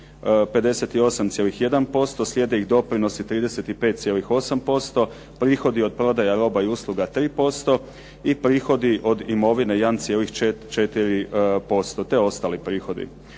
58,1%, slijede ih doprinosi 35,8%, prihodi od prodaja roba i usluga 3% i prihodi od imovine 1,4% te ostali prihodi.